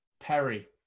Perry